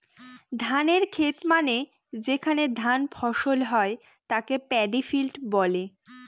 ধানের খেত মানে যেখানে ধান ফসল হয় তাকে পাডি ফিল্ড বলে